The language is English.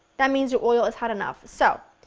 that means your oil is hot enough. so,